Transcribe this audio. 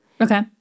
Okay